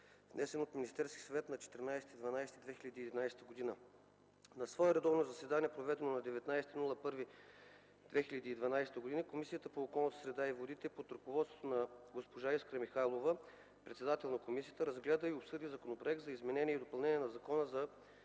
внесен от Министерския съвет на 14 декември 2011 г. На свое редовно заседание, проведено на 19 януари 2012 г., Комисията по околната среда и водите под ръководството на госпожа Искра Михайлова – председател на комисията, разгледа и обсъди Законопроект за изменение и допълнение на Закона за